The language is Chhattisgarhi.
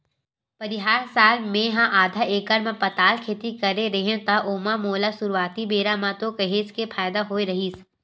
परिहार साल मेहा आधा एकड़ म पताल खेती करे रेहेव त ओमा मोला सुरुवाती बेरा म तो काहेच के फायदा होय रहिस